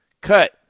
Cut